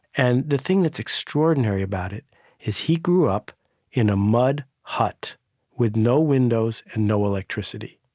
and the thing that's extraordinary about it is he grew up in a mud hut with no windows and no electricity.